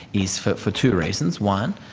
is for for two reasons. one,